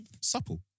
Supple